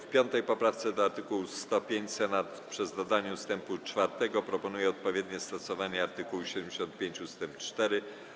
W 5. poprawce do art. 105 Senat przez dodanie ust. 4 proponuje odpowiednie stosowanie art. 75 ust. 4.